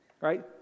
Right